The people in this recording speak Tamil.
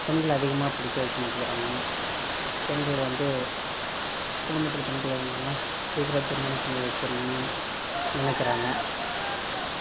பெண்களை அதிகமாக படிக்க வைக்க மாட்டேங்கிறாங்க பெண்கள் வந்து குடும்பத்தில் பெண்கள் இருந்தாங்கனால் சீக்கிரம் திருமணம் செஞ்சு வச்சிரணும்னு நினைக்கிறாங்க